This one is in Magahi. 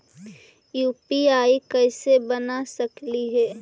यु.पी.आई कैसे बना सकली हे?